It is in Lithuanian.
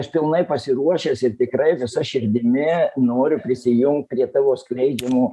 aš pilnai pasiruošęs ir tikrai visa širdimi noriu prisijungt prie tavo skleidžiamo